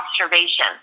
observation